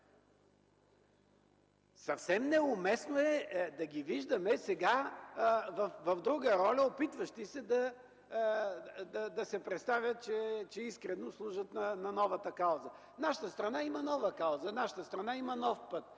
Съвсем неуместно е да ги виждаме сега в друга роля, опитващи се да се представят, че искрено служат на новата кауза. Нашата страна има нова кауза, нашата страна има нов път,